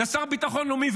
לשר לביטחון לאומי.